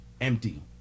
empty